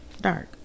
Dark